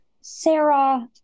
Sarah